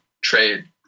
trade